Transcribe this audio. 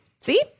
See